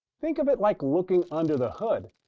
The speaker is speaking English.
think of it like looking under the hood.